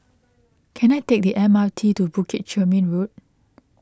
can I take the M R T to Bukit Chermin Road